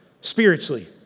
spiritually